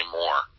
more